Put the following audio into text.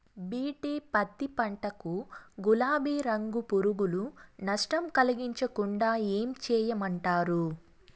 BT పత్తి పంట కు, గులాబీ రంగు పులుగులు నష్టం కలిగించకుండా ఏం చేయమంటారు?